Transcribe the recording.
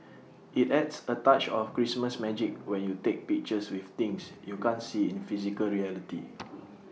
IT adds A touch of Christmas magic when you take pictures with things you can't see in physical reality